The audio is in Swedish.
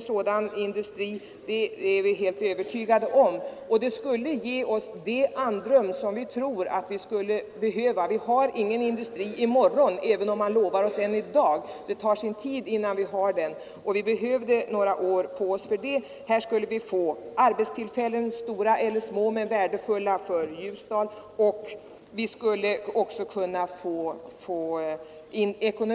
sådan industri — det är vi helt övertygade om — och det skulle ge oss det andrum som vi tror vi skulle behöva. Vi får ingen industri i morgon, även om man lovar oss en i dag. Det tar sin tid innan vi får den, och vi behöver några år på oss. Här skulle vi få arbetstillfällen — stora eller små men värdefulla för Ljusdal.